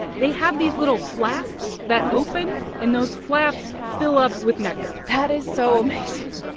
they have these little flaps that open, and those flaps fill up with nectar that is so amazing.